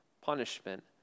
punishment